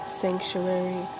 sanctuary